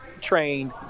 trained